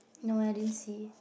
no I didn't see